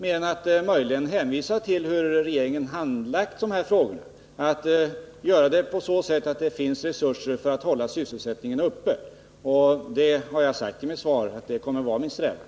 Möjligen kan man hänvisa till regeringens handläggning av dessa frågor och se till att det finns resurser för att hålla sysselsättningen uppe. Jag har sagt i mitt svar att det kommer att vara min strävan.